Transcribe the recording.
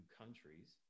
countries